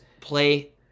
play